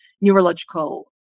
neurological